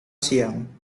siang